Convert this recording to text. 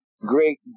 great